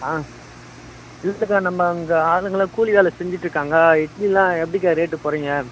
ஆ இல்லக்கா நம்ம இங்கே ஆளுங்கலாம் கூலி வேலை செஞ்சிட்டு இருக்காங்க இட்லியெலாம் எப்படிக்கா ரேட்டு போடுறீங்க